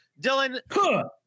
Dylan